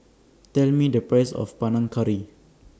Tell Me The Price of Panang Curry